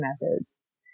methods